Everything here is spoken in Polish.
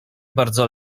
bardzo